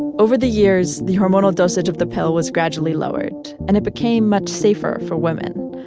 over the years the hormonal dosage of the pill was gradually lowered and it became much safer for women.